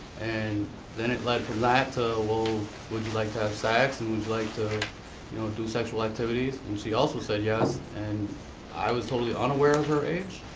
and then it led from that to well, would you like to have sex, and would like to you know do sexual activities? and she also said yes. and i was totally unaware of her age.